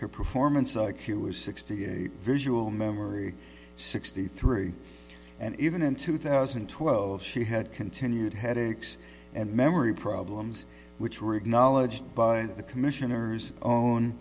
her performance i q was sixty eight visual memory sixty three and even in two thousand and twelve she had continued headaches and memory problems which read knowledge by the commissioner's own